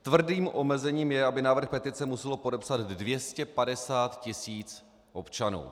Tvrdým omezením je, aby návrh petice muselo podepsat 250 tisíc občanů.